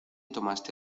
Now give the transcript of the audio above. tomaste